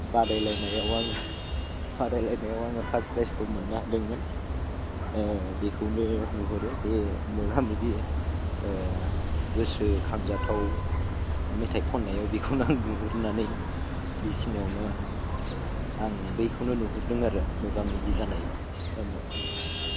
बादायलायनायाव आङो बादायलायनायाव आङो फार्स्ट प्राइजखौ मोननो हादोंमोन बेखौनो नुहुरो बे मोगा मोगि गोसोखांजाथाव मेथाइ खननायाव आं बेखौनो नुहुरनानै बेखिनियावनो आङो बेखौ नुहुरदों आरो मोगा मोगि जानाय खौनो